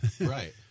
Right